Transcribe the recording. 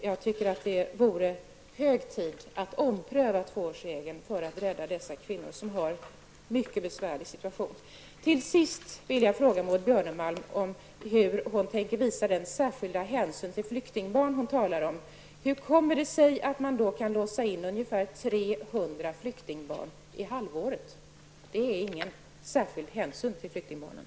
Jag tycker att det är hög tid att ompröva tvåårsregeln för att rädda dessa kvinnor som har en mycket besvärlig situation. Till sist vill jag fråga Maud Björnemalm hur hon tänker visa den särskilda hänsynen till flyktingbarnen, som hon talade om. Hur kommer det sig att man kan låsa in ungefär 300 flyktingbarn i halvåret? Det är ingen särskild hänsyn till flyktingbarnen.